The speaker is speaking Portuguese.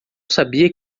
sabia